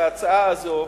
וההצעה הזאת,